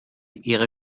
ihre